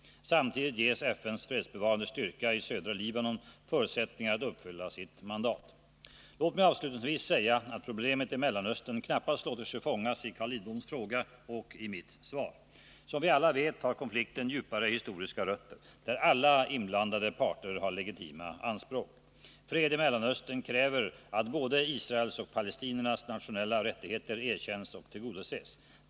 Samtidigt ges FN:s fredsbevarande styrka i södra Libanon förutsättningar att uppfylla sitt mandat. Låt mig avslutningsvis säga att problemet i Mellanöstern knappast låter sig fångas i Carl Lidboms fråga och mitt svar. Som vi alla vet har konflikten djupare historiska rötter där alla inblandade parter har legitima anspråk. Fred i Mellanöstern kräver att både Israels och palestiniernas nationella rättigheter erkänns och tillgodoses.